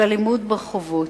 על אלימות ברחובות,